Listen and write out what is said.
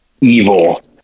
evil